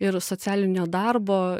ir socialinio darbo